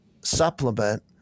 supplement